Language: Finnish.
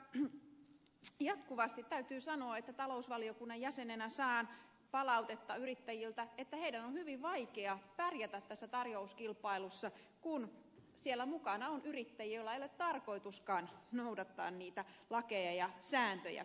mutta jatkuvasti täytyy sanoa että talousvaliokunnan jäsenenä saan palautetta yrittäjiltä että heidän on hyvin vaikea pärjätä tarjouskilpailussa kun siellä mukana on yrittäjiä joilla ei ole tarkoituskaan noudattaa lakeja ja sääntöjä